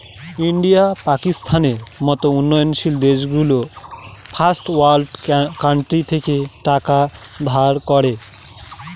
India, পাকিস্তানের মত উন্নয়নশীল দেশগুলো ফার্স্ট ওয়ার্ল্ড কান্ট্রি থেকে টাকা ধার করে